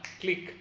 click